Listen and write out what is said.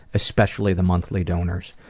especially the monthly donors.